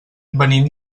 venim